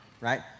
right